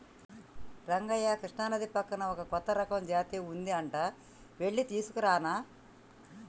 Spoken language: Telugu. రంగయ్య కృష్ణానది పక్కన ఒక కొత్త రకం జాతి ఉంది అంట వెళ్లి తీసుకురానా